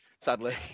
Sadly